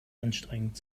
anstrengend